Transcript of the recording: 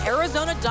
Arizona